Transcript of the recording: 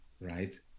right